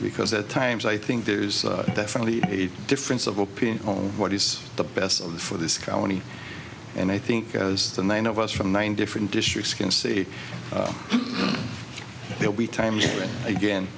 because at times i think there's definitely a difference of opinion on what is the best for this county and i think as the nine of us from nine different districts can see that we time again